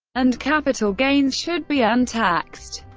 and capital gains should be untaxed.